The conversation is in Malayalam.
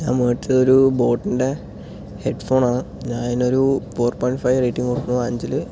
ഞാൻ മേടിച്ചത് ഒരു ബോട്ടിൻ്റെ ഹെഡ്ഫോൺ ആണ് ഞാൻ അതിനൊരു ഫോർ പോയിന്റ് ഫൈവ് റേറ്റിംഗ് കൊടുക്കും അഞ്ചില്